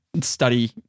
Study